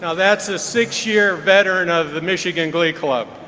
and that's a six-year veteran of the michigan glee club.